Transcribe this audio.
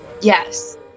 Yes